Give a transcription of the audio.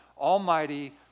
Almighty